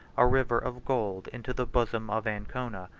a river of gold into the bosom of ancona,